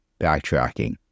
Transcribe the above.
backtracking